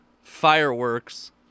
fireworks